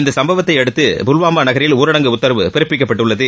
இந்த சம்பவத்தையடுத்து புல்வாமா நகரில் ஊரடங்கு உத்தரவு பிறப்பிக்கப்பட்டுள்ளது